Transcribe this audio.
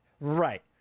Right